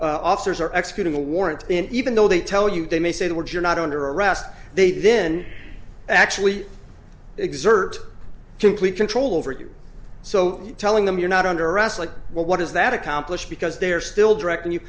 the officers are executing a warrant and even though they tell you they may say the words you're not under arrest they then actually exert complete control over you so telling them you're not under arrest like well what does that accomplish because they're still directing you